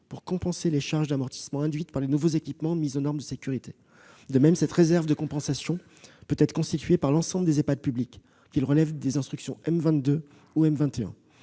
pour compenser les charges d'amortissement induites par les nouveaux équipements de mise aux normes de sécurité. De même, cette réserve de compensation peut être constituée par l'ensemble des Ehpad publics, qu'ils relèvent des instructions M21 ou M22.